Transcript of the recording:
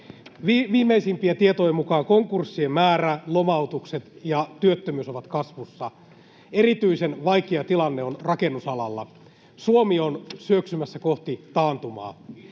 Viimeisimpien tietojen mukaan konkurssien määrä, lomautukset ja työttömyys ovat kasvussa. Erityisen vaikea tilanne on rakennusalalla. Suomi on syöksymässä kohti taantumaa.